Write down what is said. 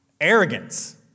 Arrogance